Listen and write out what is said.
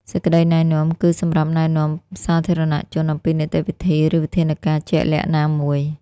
សេចក្តីណែនាំគឺ សម្រាប់ណែនាំសាធារណជនអំពីនីតិវិធី ឬវិធានការជាក់លាក់ណាមួយ។